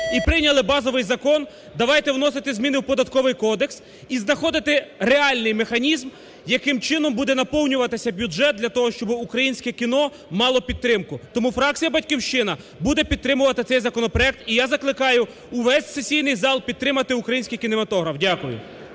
і прийняли базовий закон, давайте вносити зміни в Податковий кодекс і знаходити реальний механізм, яким чином буде наповнюватися бюджет для того, щоб українське кіно мало підтримку. Тому фракція "Батьківщина" буде підтримувати цей законопроект. І я закликаю увесь сесійний зал підтримати український кінематограф. Дякую.